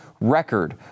record